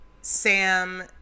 Sam